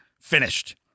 finished